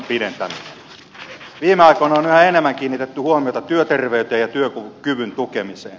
viime aikoina on yhä enemmän kiinnitetty huomiota työterveyteen ja työkyvyn tukemiseen